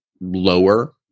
lower